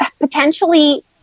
potentially